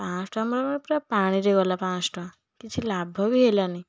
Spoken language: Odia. ପାଞ୍ଚଶହ ଟଙ୍କା ମୋର ପୁରା ପାଣିରେ ଗଲା ପାଞ୍ଚଶହ ଟଙ୍କା କିଛି ଲାଭ ବି ହେଲାନି